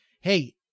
hey